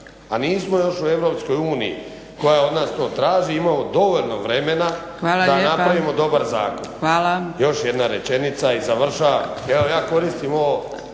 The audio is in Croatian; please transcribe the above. a nismo još u EU koja od nas to traži, imamo dovoljno vremena da napravimo dobar zakon. Još jedna rečenica i završavam. Evo ja koristim ovu